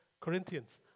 Corinthians